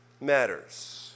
matters